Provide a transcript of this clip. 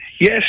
Yes